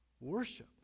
Worship